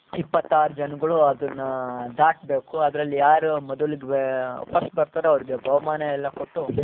ಇಪ್ಪತ್ತಾರು ಜನಗಳು ಅದನ್ನು ದಾಟಬೇಕು ಅದ್ರಲ್ಲಿ ಯಾರು ಮೊದಲಿಗೆ ವೆ ಫಸ್ಟ್ ಬರ್ತಾರೋ ಅವ್ರಿಗೆ ಬಹುಮಾನ ಎಲ್ಲ ಕೊಟ್ಟು